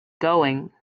going